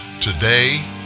today